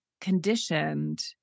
conditioned